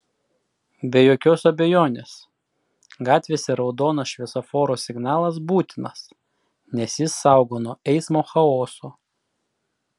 be jokios abejonės gatvėse raudonas šviesoforo signalas būtinas nes jis saugo nuo eismo chaoso